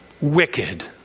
wicked